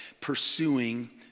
Pursuing